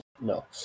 no